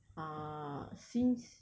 uh since